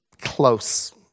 close